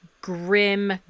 grim